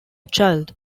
child